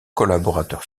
collaborateurs